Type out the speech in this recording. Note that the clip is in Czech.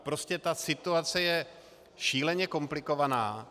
Prostě ta situace je šíleně komplikovaná.